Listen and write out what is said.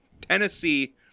Tennessee